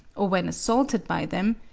or when assaulted by them,